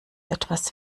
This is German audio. etwas